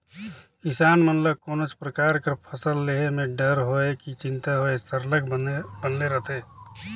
किसान मन ल कोनोच परकार कर फसिल लेहे में डर होए कि चिंता होए सरलग बनले रहथे